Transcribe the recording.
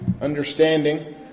understanding